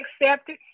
accepted